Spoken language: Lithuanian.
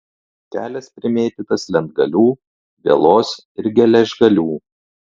kelias primėtytas lentgalių vielos ir geležgalių